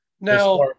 now